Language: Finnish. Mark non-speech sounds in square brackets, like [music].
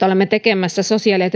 [unintelligible] olemme tekemässä sosiaali ja [unintelligible]